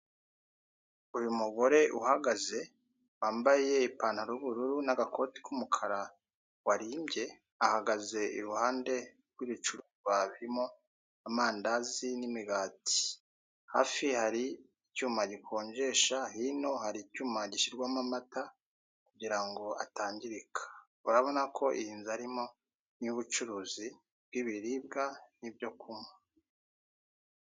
Uyu mugore uhagaze, wambaye ipantaro y'ubururu n'agakote k'umukara warimbye, ahagaze, iruhande rw'ibicuruzwa birimo amandazi n'imigati, hafi ye hari icyuma gikonjesha, hino hari icyuma gishyirwamo amata kugira ngo atangirika, urabona ko iyi nzu arimo ni iy'ubucuruzi bw'ibiribwa n'ibyo kunywa.